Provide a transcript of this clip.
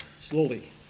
slowly